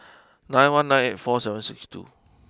nine one nine eight four seven six two